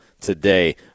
today